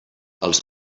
els